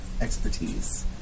expertise